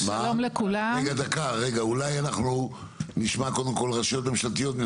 רגע, אולי נשמע קודם רשויות ממשלתיות?